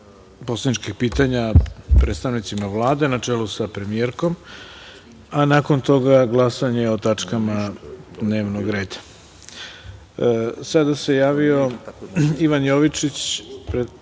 poslaničkih pitanja predstavnicima Vlade na čelu sa premijerkom, a nakon toga glasanje o tačkama dnevnog reda.Za reč se javio Ivan Jovičić. Izvolite.